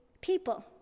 people